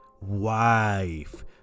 Wife